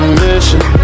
mission